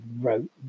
wrote